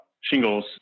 shingles